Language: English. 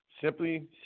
Simply